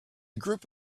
group